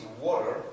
water